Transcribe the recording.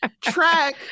track